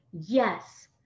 yes